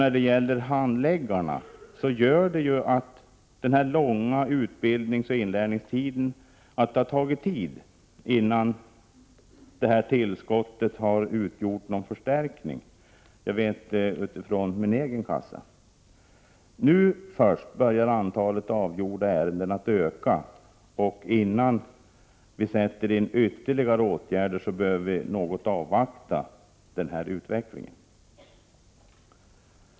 När det gäller handläggarna har ju den långa utbildningsoch inlärningstiden medfört att det har tagit tid innan tillskottet kommit att utgöra någon förstärkning. Det har jag fått reda på genom försäkringskassan på min hemort. Nu först börjar antalet avgjorda ärenden att öka, och vi bör avvakta utvecklingen innan vi vidtar ytterligare åtgärder.